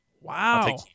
Wow